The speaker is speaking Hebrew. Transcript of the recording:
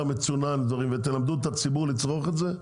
מצונן דברים ותלמדו את הציבור לצרוך את זה,